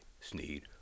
sneed